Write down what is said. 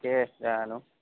তাকে জানো